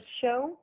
show